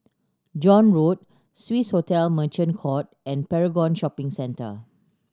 John Road Swissotel Merchant Court and Paragon Shopping Centre